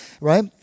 right